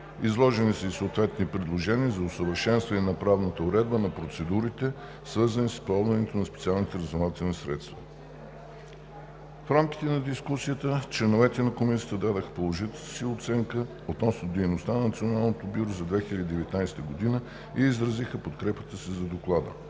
Изложени са и съответните предложения за усъвършенстване на правната уредба на процедурите, свързани с използването на специалните разузнавателни средства. В рамките на дискусията членовете на Комисията дадоха положителната си оценка относно дейността на Националното бюро за 2019 г. и изразиха подкрепата си за Доклада.